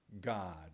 God